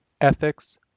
ethics